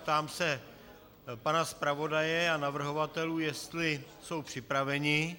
Ptám se pana zpravodaje a navrhovatelů, jestli jsou připraveni.